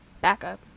backup